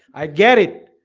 i get it.